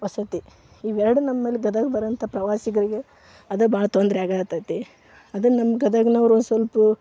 ವಸತಿ ಇವೆರಡೂ ನಮ್ಮಲ್ಲಿ ಗದಗ ಬರುವಂಥ ಪ್ರವಾಸಿಗರಿಗೆ ಅದೇ ಭಾಳ್ ತೊಂದರೆ ಆಗ ಅತ್ತೈತಿ ಅದೇ ನಮ್ಮ ಗದಗಿನವ್ರು ಒಂದು ಸ್ವಲ್ಪ